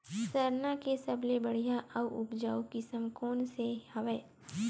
सरना के सबले बढ़िया आऊ उपजाऊ किसम कोन से हवय?